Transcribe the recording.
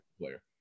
player